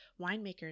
winemakers